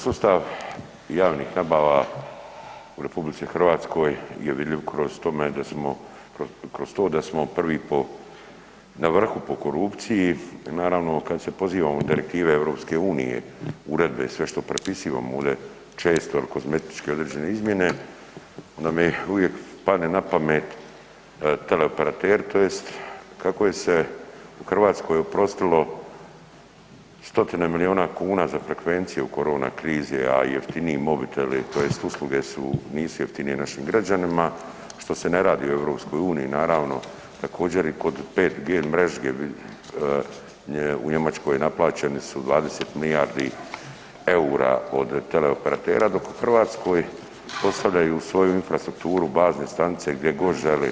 Sustav javnih nabava u RH je vidljiv kroz tome da smo, kroz to da smo prvi po, na vrhu po korupciji i naravno, kad se pozivamo na direktive EU, uredbe, sve što prepisivamo ovdje često jer kozmetički određene izmjene, nam je uvijek padne na pamet teleoperateri, tj. kako je se u Hrvatskoj oprostilo stotine milijuna kuna za frekvenciju korona krize, a jeftiniji mobiteli, tj. usluge su, nisu jeftinije našim građanima, što se ne radi u EU, naravno, također, i kod 5G mreže je u Njemačkoj, naplaćeni su 20 milijardi eura od teleoperatera, dok u Hrvatskoj postavljaju svoju infrastrukturu, bazne stanice gdje god žele.